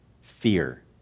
fear